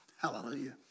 Hallelujah